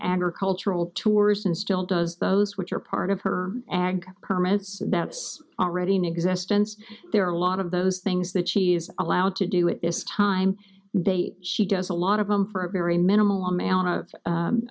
agricultural tours and still does those which are part of her ag permits that's already in existence there are a lot of those things that she is allowed to do at this time they she does a lot of them for a very minimal amount of